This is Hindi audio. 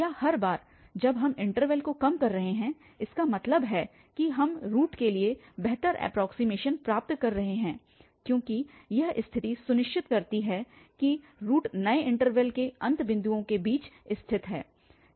या हर बार जब हम इन्टरवल को कम कर रहे हैं इसका मतलब है कि हम रूट के लिए बेहतर एप्रोक्सीमेशन प्राप्त कर रहे हैं क्योंकि यह स्थिति सुनिश्चित करती है कि रूट नए इन्टरवल के अंत बिंदुओं के बीच स्थित है